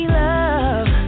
love